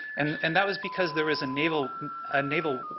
and and that was because there was a naval ah naval